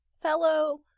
fellow